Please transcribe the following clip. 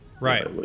Right